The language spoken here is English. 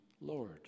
Lord